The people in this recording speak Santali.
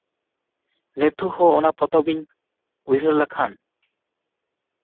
ᱱᱤᱛᱦᱚᱸ ᱚᱱᱟ ᱯᱚᱛᱚᱵ ᱤᱧ ᱩᱭᱦᱟᱹᱨ ᱞᱮᱠᱷᱟᱱ